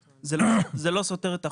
זה סותר את החוק?